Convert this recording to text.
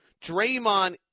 Draymond